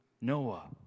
Noah